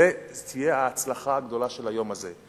זו תהיה ההצלחה הגדולה של היום הזה.